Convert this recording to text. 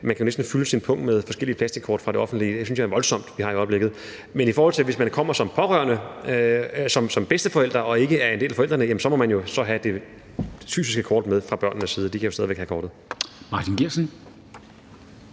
Man kan jo næsten fylde sin pung med forskellige plastikkort fra det offentlige. Det synes jeg er voldsomt, altså det, vi har i øjeblikket. Men hvis man kommer som pårørende, som bedsteforældre, altså ikke forældrene, så må man jo fra børnenes side have det fysiske kort med – de kan jo stadig væk have kortet.